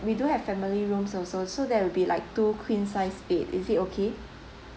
we do have family rooms also so there'll be like two queen size bed is it okay